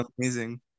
amazing